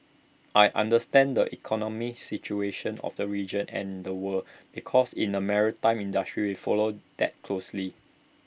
I understand the economic situation of the region and the world because in the maritime industry follow that closely